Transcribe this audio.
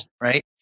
right